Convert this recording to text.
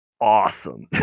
awesome